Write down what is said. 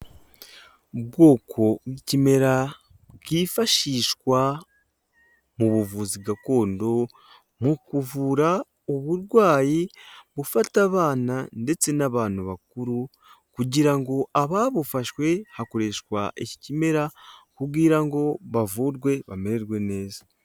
Ubwoko bw'ikimera bwifashishwa mu buvuzi gakondo mu kuvura uburwayi gufata abana ndetse n'abantu bakuru kugira ngo ababufashwe hakoreshwa iki kimera kugira ngo bavurwe bamererwe neza.